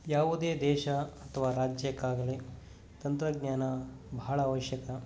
ಯಾವುದೇ ದೇಶ ಅಥವಾ ರಾಜ್ಯಕ್ಕಾಗಲಿ ತಂತ್ರಜ್ಞಾನ ಬಹಳ ಅವಶ್ಯಕ